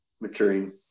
maturing